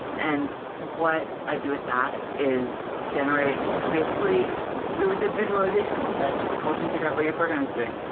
and what i do with that is generate basically really good visualizations that help you figure out what your program is doing.